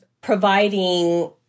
providing